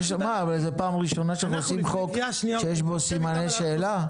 זה פעם ראשונה שאנחנו מחוקקים חוק שיש בו סימני שאלה?